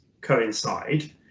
coincide